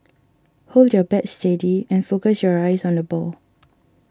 hold your bat steady and focus your eyes on the ball